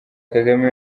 kagame